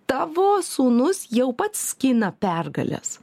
tavo sūnus jau pats skina pergales